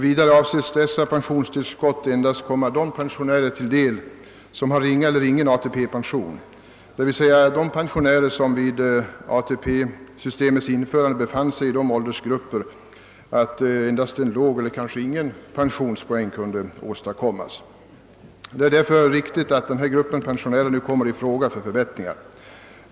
Vidare avses dessa pensionstillskott endast komma de pensionärer till del som har ringa eller ingen ATP pension, d. v. s. de pensionärer som vid ATP:s införande befann sig i de åldersgrupper för vilka blott en låg eller kanske ingen pensionspoäng kunde åstadkommas. Det är därför riktigt att denna grupp pensionärer nu kommer i fråga för förbättringar.